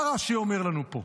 מה רש"י אומר לנו פה?